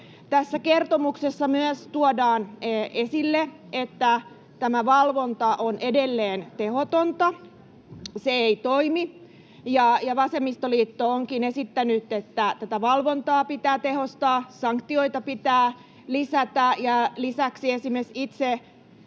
Tässä kertomuksessa tuodaan myös esille, että tämä valvonta on edelleen tehotonta, se ei toimi. Vasemmistoliitto onkin esittänyt, että tätä valvontaa pitää tehostaa, sanktioita pitää lisätä. Lisäksi esimerkiksi